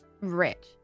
rich